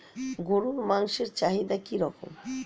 গরুর মাংসের চাহিদা কি রকম?